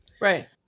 Right